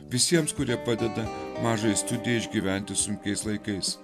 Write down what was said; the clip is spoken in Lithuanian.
visiems kurie padeda mažajai studijai išgyventi sunkiais laikais